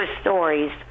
stories